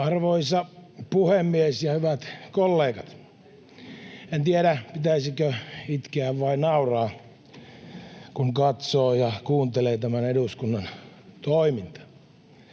Arvoisa puhemies ja hyvät kollegat! En tiedä, pitäisikö itkeä vai nauraa, kun katsoo ja kuuntelee tämän eduskunnan toimintaa.